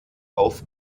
auf